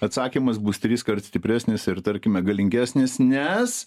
atsakymas bus triskart stipresnis ir tarkime galingesnis nes